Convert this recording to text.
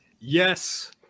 Yes